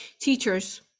teachers